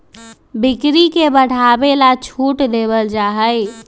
बिक्री के बढ़ावे ला छूट देवल जाहई